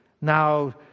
now